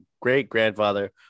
great-grandfather